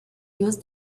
use